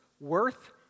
worth